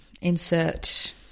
insert